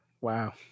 wow